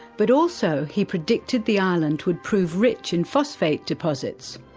but also he predicted the island would prove rich in phosphate deposits.